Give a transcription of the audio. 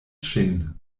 ŝin